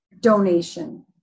donation